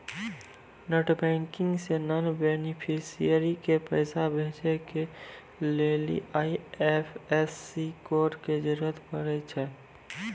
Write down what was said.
net banking से non beneficiary के पैसा भेजै के लेली आई.एफ.एस.सी कोड के जरूरत पड़ै छै